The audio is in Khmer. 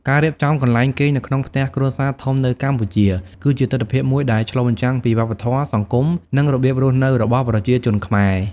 ការរៀបចំកន្លែងគេងនៅក្នុងផ្ទះគ្រួសារធំនៅកម្ពុជា គឺជាទិដ្ឋភាពមួយដែលឆ្លុះបញ្ចាំងពីវប្បធម៌ សង្គម និងរបៀបរស់នៅរបស់ប្រជាជនខ្មែរ។